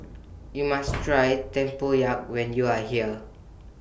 YOU must Try Tempoyak when YOU Are here